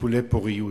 טיפולי פוריות.